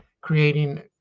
creating